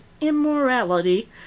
immorality